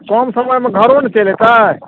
तऽ कम समयमे घरो ने चलि अएतै